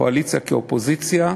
קואליציה כאופוזיציה.